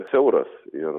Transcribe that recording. siauras ir